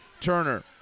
Turner